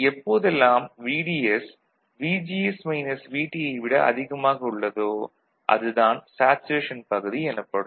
எப்போதெல்லாம் VDS யை விட அதிகமாக உள்ளதோ அது தான் சேச்சுரேஷன் பகுதி எனப்படும்